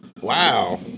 Wow